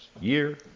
year